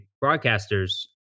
broadcaster's